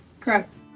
Correct